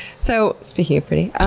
so speaking of pretty,